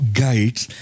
guides